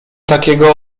takiego